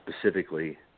specifically